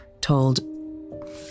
told